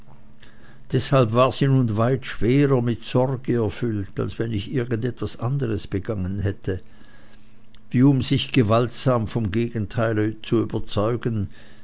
deshalb war sie nun weit schwerer mit sorge erfüllt als wenn ich irgend etwas anderes begangen hätte wie um sich gewaltsam vom gegenteile zu überzeugen